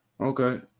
okay